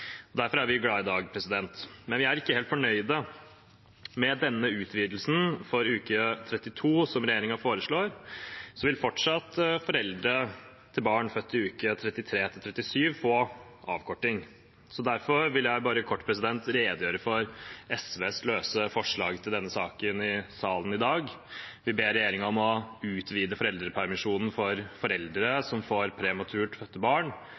Derfor er vi glade i dag. Men vi er ikke helt fornøyd. Med denne utvidelsen for uke 32 som regjeringen foreslår, vil foreldre til barn født i uke 33 til 37 fortsatt få avkorting. Derfor vil jeg bare kort redegjøre for SVs løse forslag til denne saken her i salen i dag. Vi ber regjeringen fremme forslag om å «utvide foreldrepermisjonen for foreldre som får prematurfødte barn,